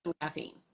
caffeine